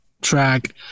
track